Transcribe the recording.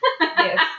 Yes